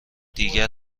دیگر